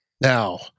Now